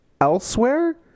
elsewhere